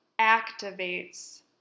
activates